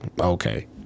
okay